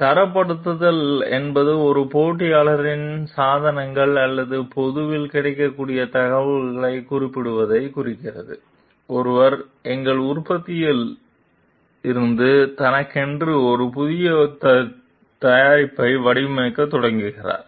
தரப்படுத்தல் என்பது ஒரு போட்டியாளரின் சாதனங்கள் அல்லது பொதுவில் கிடைக்கக்கூடிய தகவல்களைக் குறிப்பிடுவதைக் குறிக்கிறது ஒருவர் எங்கள் உற்பத்தியில் இருந்து தனக்கென ஒரு புதிய தயாரிப்பை வடிவமைக்கத் தொடங்குகிறார்